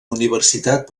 universitat